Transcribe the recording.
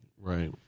Right